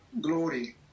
glory